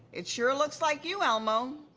it sure looks like you, elmo.